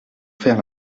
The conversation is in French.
faire